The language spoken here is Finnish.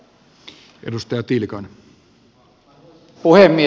arvoisa puhemies